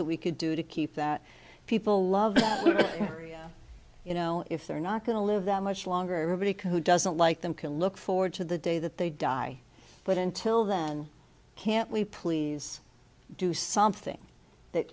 that we could do to keep that people love you know if they're not going to live that much longer everybody can who doesn't like them can look forward to the day that they die but until then can't we please do something that